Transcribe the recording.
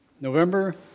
November